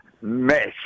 mess